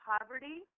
poverty